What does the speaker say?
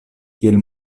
kiel